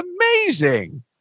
amazing